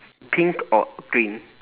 pink or green